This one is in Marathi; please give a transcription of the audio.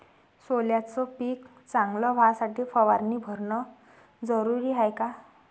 सोल्याचं पिक चांगलं व्हासाठी फवारणी भरनं जरुरी हाये का?